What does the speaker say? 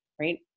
right